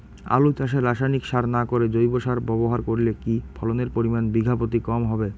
আলু চাষে রাসায়নিক সার না করে জৈব সার ব্যবহার করলে কি ফলনের পরিমান বিঘা প্রতি কম হবে?